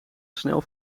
snel